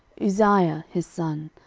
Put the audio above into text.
uzziah his son,